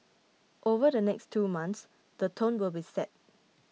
over the next two months the tone will be set